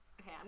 okay